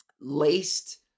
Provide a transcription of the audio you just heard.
laced